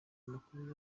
makuru